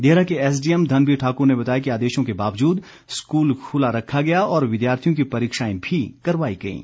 देहरा के एसडीएम धनबीर ठाकुर ने बताया कि आदेशों के बावजूद स्कूल खुला रखा गया और विद्यार्थियों की परीक्षाएं भी करवाई गईं